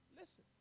listen